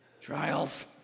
trials